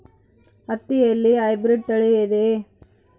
ಹತ್ತಿಯಲ್ಲಿ ಹೈಬ್ರಿಡ್ ತಳಿ ಇದೆಯೇ?